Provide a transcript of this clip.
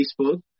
Facebook